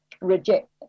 reject